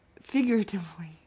figuratively